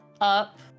up